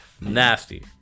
Nasty